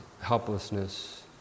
helplessness